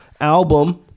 album